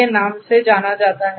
के नाम से जाना जाता है